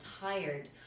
tired